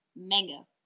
Mango